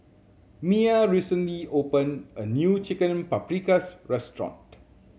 Mya recently open a new Chicken Paprikas Restaurant